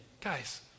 guys